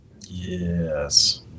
Yes